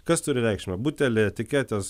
kas turi reikšmę buteliai etiketės